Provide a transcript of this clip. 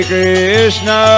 Krishna